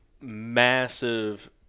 massive